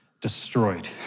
destroyed